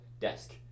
desk